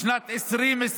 בשנת 2021,